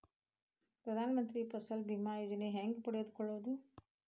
ಪ್ರಧಾನ ಮಂತ್ರಿ ಫಸಲ್ ಭೇಮಾ ಯೋಜನೆ ಹೆಂಗೆ ಪಡೆದುಕೊಳ್ಳುವುದು?